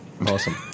Awesome